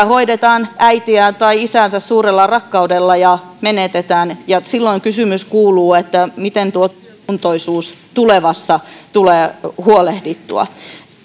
hoidetaan äitiään tai isäänsä suurella rakkaudella ja menetetään ja silloin kysymys kuuluu miten tuo kuntoisuus tulevassa tulee huolehdittua